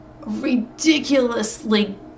ridiculously